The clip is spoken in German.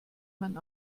man